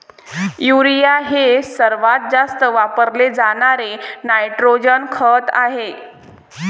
urea हे सर्वात जास्त वापरले जाणारे नायट्रोजन खत आहे